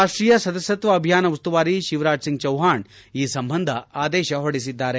ರಾಷ್ಟೀಯ ಸದಸ್ನತ್ವ ಅಭಿಯಾನ ಉಸ್ತುವಾರಿ ಶಿವರಾಜ್ ಸಿಂಗ್ ಚವ್ವಾಣ್ ಈ ಸಂಬಂಧ ಆದೇಶ ಹೊರಡಿಸಿದ್ದಾರೆ